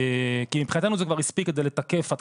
כי מבחינתנו זה כבר הספיק כדי לתקף עד